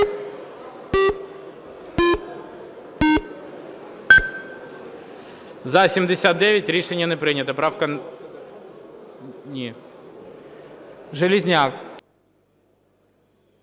За-79 Рішення не прийнято. Правка... Железняк.